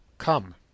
come